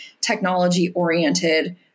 technology-oriented